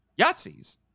Yahtzees